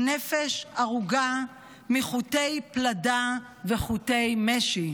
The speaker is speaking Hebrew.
"נפש ארוגה מחוטי פלדה וחוטי משי".